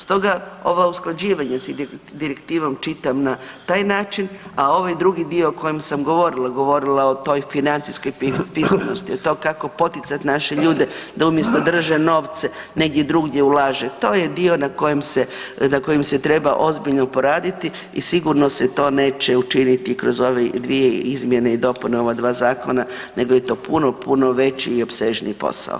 Stoga ova usklađivanja s direktivom čitam na taj način, a ovaj drugi dio o kojem sam govorila, govorila o toj financijskoj pismenosti, o tome kako poticati naše ljude da umjesto da drže novce negdje drugdje ulaže, to je dio na kojem se, na kojem se treba ozbiljno poraditi i sigurno se to neće učiniti kroz ove dvije izmjene i dopune ova dva zakona nego je to puno, puno veći i opsežniji posao.